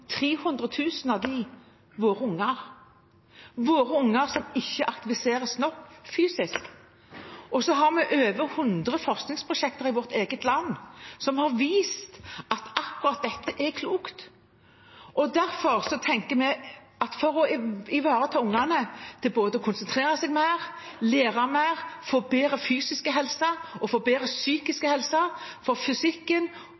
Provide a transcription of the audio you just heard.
våre barn som ikke aktiviseres nok fysisk. Vi har over 100 forskningsprosjekter i vårt eget land som har vist at akkurat dette er klokt. For å ivareta barna, med tanke på både å konsentrere seg bedre, lære mer og få bedre fysisk og psykisk helse – fysikken og